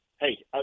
Hey